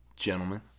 Gentlemen